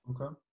Okay